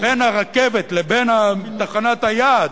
בין הרכבת לבין תחנת היעד,